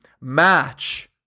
match